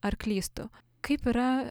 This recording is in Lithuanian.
ar klystu kaip yra